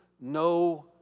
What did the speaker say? no